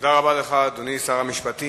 תודה רבה לך, אדוני שר המשפטים.